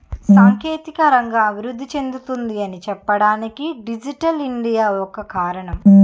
సాంకేతిక రంగం అభివృద్ధి చెందుతుంది అని చెప్పడానికి డిజిటల్ ఇండియా ఒక కారణం